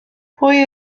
pwy